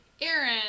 Aaron